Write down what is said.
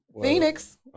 Phoenix